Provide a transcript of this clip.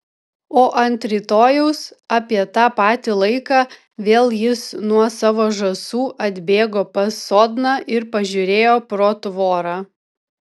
o ant rytojaus apie tą patį laiką vėl jis nuo savo žąsų atbėgo pas sodną ir pažiūrėjo pro tvorą